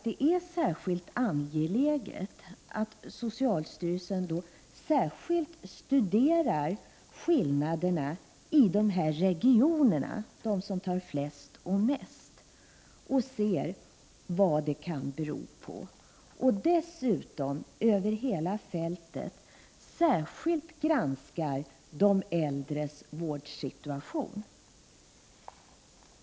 Det är särskilt angeläget att socialstyrelsen studerar skillnaderna mellan de regioner som tar det största och det minsta antalet patienter och utreder vad det kan bero på. Socialstyrelsen bör också över hela fältet särskilt studera de äldres vårdsituation.